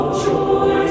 joy